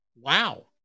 Wow